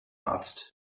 arzt